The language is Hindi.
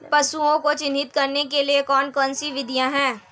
पशुओं को चिन्हित करने की कौन कौन सी विधियां हैं?